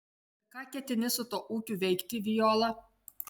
ir ką ketini su tuo ūkiu veikti viola